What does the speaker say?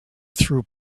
through